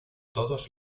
todos